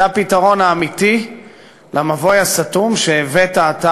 זה הפתרון האמיתי למבוי הסתום שאליו הבאתם אתה